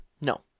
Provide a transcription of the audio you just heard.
No